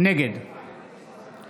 נגד משה ארבל, נגד